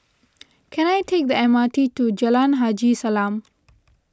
can I take the M R T to Jalan Haji Salam